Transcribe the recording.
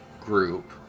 group